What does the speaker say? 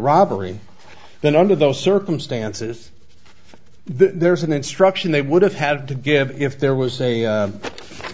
robbery then under those circumstances there's an instruction they would have had to give if there was a